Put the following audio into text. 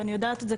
ואני יודעת את זה,